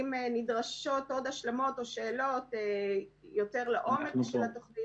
אם נדרשות עוד השלמות או שאלות יותר לעומק על התוכנית,